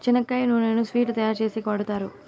చెనక్కాయ నూనెను స్వీట్లు తయారు చేసేకి వాడుతారు